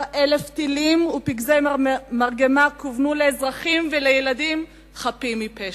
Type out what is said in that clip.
יותר מ-12,000 טילים ופגזי מרגמה כוונו אל אזרחים וילדים חפים מפשע.